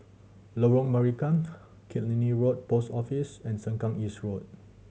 Lorong Marican Killiney Road Post Office and Sengkang East Road